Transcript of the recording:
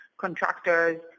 contractors